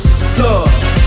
love